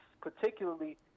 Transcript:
particularly –